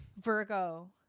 Virgo